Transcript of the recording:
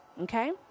okay